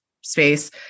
space